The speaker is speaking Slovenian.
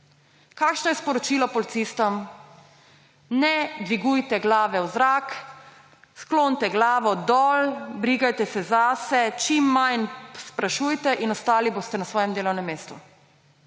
Kakšno je sporočilo policistom? Ne dvigujte glave v zrak, sklonite glavo dol, brigajte se zase, čim manj sprašujete in ostali boste na svojem delovnem mestu.